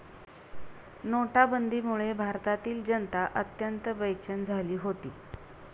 नोटाबंदीमुळे भारतातील जनता अत्यंत बेचैन झाली होती